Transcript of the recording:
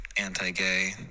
Anti-gay